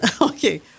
Okay